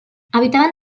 habitaven